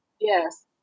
yes